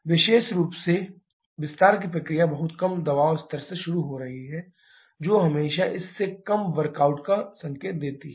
विशेष रूप से विस्तार की प्रक्रिया बहुत कम दबाव स्तर से शुरू हो रही है जो हमेशा इस से कम वर्कआउट का संकेत देती है